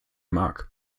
mag